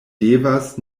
devas